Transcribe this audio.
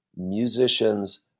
musicians